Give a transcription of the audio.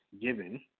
given